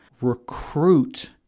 recruit